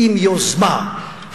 עם יוזמה.